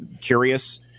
curious